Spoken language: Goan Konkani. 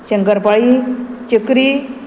शंकर पाळी चकरी